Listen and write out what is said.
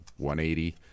180